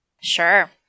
Sure